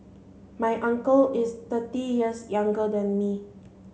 my uncle is thirty years younger than me